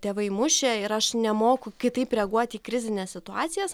tėvai mušė ir aš nemoku kitaip reaguoti į krizines situacijas